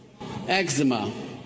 eczema